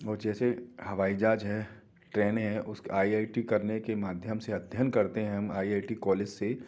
और जैसे हवाई जहाज़ है ट्रेनें है उसके आई आई टी करने के माध्यम से अध्ययन करते हैं हम आइ आइ टी कौलेज से